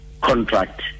contract